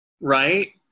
Right